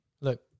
Look